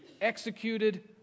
executed